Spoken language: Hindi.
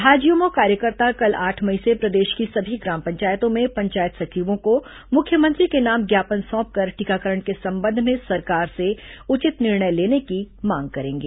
भाजयूमो कार्यकर्ता कल आठ मई से प्रदेश की सभी ग्राम पंचायतों में पंचायत सचिवों को मुख्यमंत्री के नाम ज्ञापन सौंपकर टीकाकरण के संबंध में सरकार से उचित निर्णय लेने की मांग करेंगे